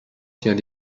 tient